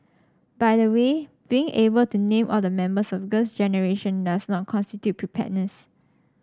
by the way being able to name all the members of Girls Generation does not constitute preparedness